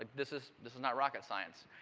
this is this is not reeocket science.